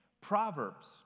Proverbs